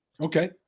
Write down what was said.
Okay